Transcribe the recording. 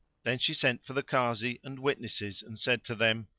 then she sent for the kazi and witnesses and said to them,